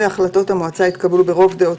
"(ו) החלטות המועצה יתקבלו ברוב דעות